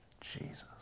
Jesus